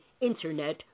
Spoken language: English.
internet